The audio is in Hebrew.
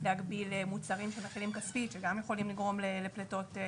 להגביל מוצרים שמכילים כספית ויכולים לגרום לפליטות.